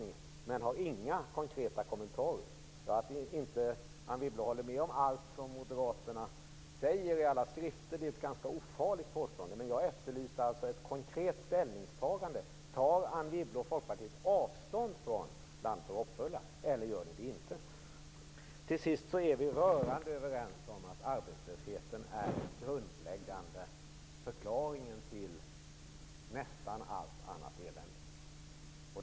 Det är ett ganska ofarligt påstående att säga att hon inte håller med om allt som Moderaterna skriver i sina skrifter. Men jag efterlyste ett konkret ställningstagande. Tar Anne Wibble och Folkpartiet avstånd från Land för hoppfulla eller inte? Vi är rörande överens om att arbetslösheten är förklaringen till nästan allt annat elände.